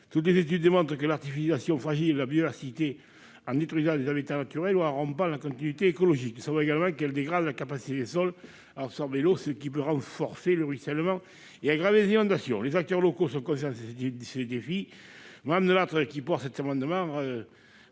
Toutes les études démontrent que l'artificialisation fragilise la biodiversité en détruisant des habitats naturels ou en rompant la continuité écologique. Nous savons également qu'elle dégrade la capacité des sols à absorber l'eau, ce qui peut renforcer le ruissellement et aggraver les inondations. Les acteurs locaux sont conscients de ce défi. Mme Delattre, qui porte cet amendement,